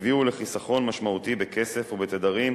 הביאו לחיסכון משמעותי בכסף ובתדרים,